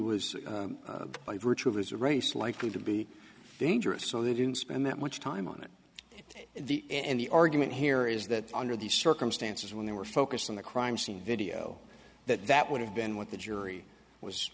by virtue of his race likely to be dangerous so they didn't spend that much time on it to the end the argument here is that under these circumstances when they were focused on the crime scene video that that would have been what the jury was